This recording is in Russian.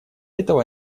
этого